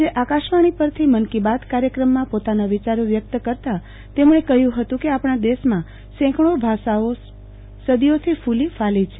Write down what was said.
આજે આકાશવાણી પરથી મન કી બાત કાર્યક્રમમાં પોતાના વિયારો વ્યક્ત કરતા તેમણે કહ્યુ કે આપણા દેશમાં સેંકડી ભાષાઓ સદીઓથી ફુલી ફાલી છે